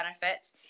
benefits